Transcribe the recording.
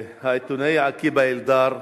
העיתונאי עקיבא אלדר,